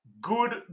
good